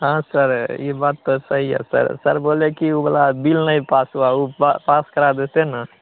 हाँ सर इ बात त सही है सर सर बोले कि उ वाला बिल नहीं पास हुआ उ पा पास करा देते न